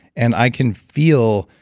and i can feel,